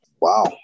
wow